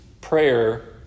prayer